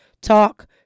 Talk